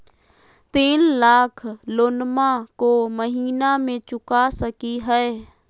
तीन लाख लोनमा को महीना मे चुका सकी हय?